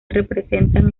representan